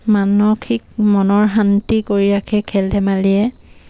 মানসিক মনৰ শান্তি কৰি ৰাখে খেল ধেমালিয়ে